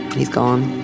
he's gone.